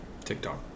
TikTok